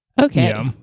okay